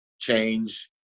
Change